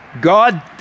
God